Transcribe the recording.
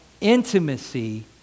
intimacy